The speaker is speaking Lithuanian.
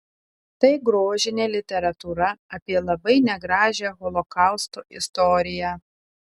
tai grožinė literatūra apie labai negražią holokausto istoriją